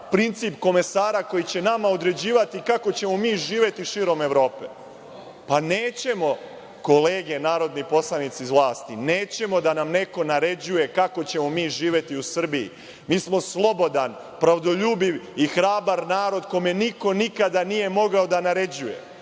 princip komesara koji će nama određivati kako ćemo mi živeti širom Evrope. Pa nećemo, kolege narodni poslanici iz vlasti. Nećemo da nam neko naređuje kako ćemo mi živeti u Srbiji. Mi smo slobodan, pravdoljubiv i hrabar narod, kome niko nikada nije mogao da naređuje.